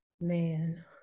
Man